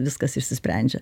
viskas išsisprendžia